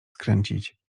skręcić